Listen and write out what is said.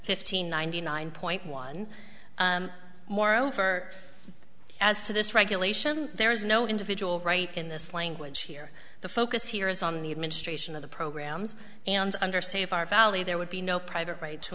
fifteen ninety nine point one moreover as to this regulation there is no individual right in this language here the focus here is on the administration of the programs under safeguard valley there would be no private right to